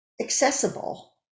accessible